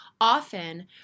often